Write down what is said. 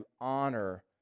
honor